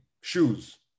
shoes